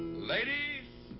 ladies.